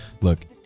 look